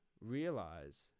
realize